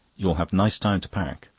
you'll have nice time to pack.